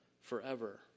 forever